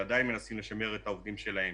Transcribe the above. ועדיין מנסים לשמר את העובדים שלהם,